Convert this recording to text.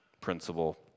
principle